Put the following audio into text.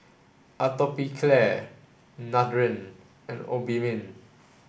Atopiclair Nutren and Obimin